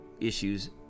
issues